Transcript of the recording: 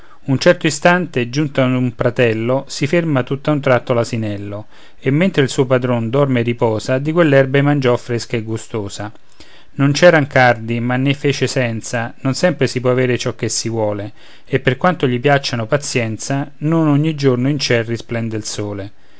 un certo istante giunto ad un pratello si ferma tutto a un tratto l'asinello e mentre il suo padron dorme e riposa di quell'erba ei mangiò fresca e gustosa non c'eran cardi ma ne fece senza non sempre si può aver ciò che si vuole e per quanto gli piacciano pazienza non ogni giorno in ciel risplende il sole